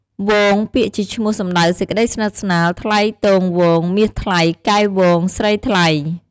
វង ពាក្យជាឈ្មោះសំដៅសេចក្តីស្និទ្ធស្នាល ថ្លៃទងវង មាសថ្លៃ កែវវង ស្រីថ្លៃ។